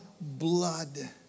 blood